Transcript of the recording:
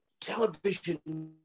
television